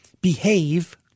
behave